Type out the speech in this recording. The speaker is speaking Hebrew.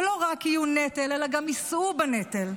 ולא רק יהיו נטל, אלא גם יישאו בנטל.